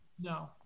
No